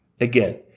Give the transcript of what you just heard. Again